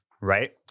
right